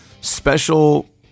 special